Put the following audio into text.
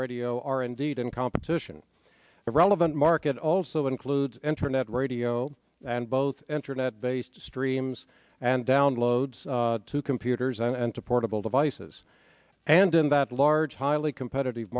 radio or indeed in competition the relevant market also includes internet radio and both internet based streams and downloads to computers and to portable devices and in that large highly competitive